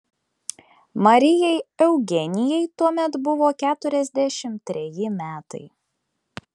marijai eugenijai tuomet buvo keturiasdešimt treji metai